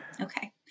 Okay